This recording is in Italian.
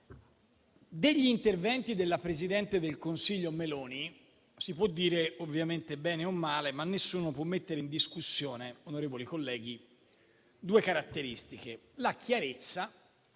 degli interventi della presidente del Consiglio Meloni si può dire ovviamente bene o male, ma nessuno può metterne in discussione due caratteristiche: la chiarezza